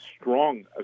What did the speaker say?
strong